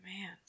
man